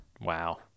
Wow